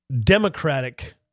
democratic